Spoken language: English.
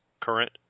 current